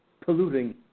polluting